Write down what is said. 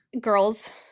Girls